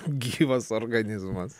gyvas organizmas